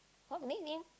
what nick name